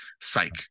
Psych